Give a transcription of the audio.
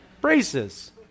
Braces